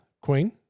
Queen